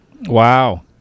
Wow